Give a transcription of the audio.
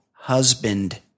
Husband